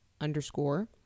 underscore